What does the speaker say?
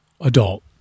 Adult